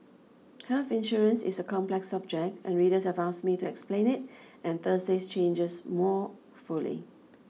health insurance is a complex subject and readers have asked me to explain it and Thursday's changes more fully